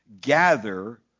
gather